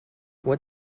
what